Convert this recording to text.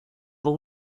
por